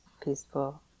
peaceful